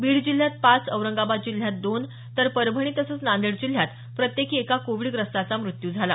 बीड जिल्ह्यात पाच औरंगाबाद जिल्ह्यात दोन तर परभणी तसंच नांदेड जिल्ह्यात प्रत्येकी एका कोविडग्रस्ताचा मृत्यू झाला